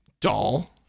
Doll